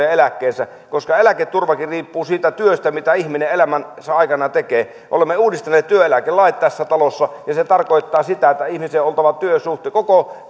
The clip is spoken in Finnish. ja eläkkeensä koska eläketurvakin riippuu siitä työstä mitä ihminen elämänsä aikana tekee olemme uudistaneet työeläkelait tässä talossa ja se tarkoittaa sitä että ihmisen on oltava koko